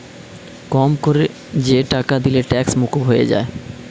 কম কোরে যে টাকা দিলে ট্যাক্স মুকুব হয়ে যায়